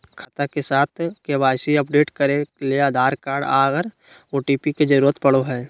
खाता के साथ के.वाई.सी अपडेट करे ले आधार कार्ड आर ओ.टी.पी के जरूरत पड़ो हय